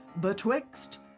betwixt